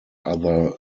other